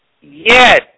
Yes